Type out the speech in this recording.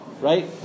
Right